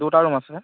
দুটা ৰূম আছে